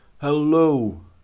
hello